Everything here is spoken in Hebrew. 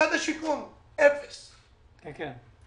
משרד השיכון אפס תקציב.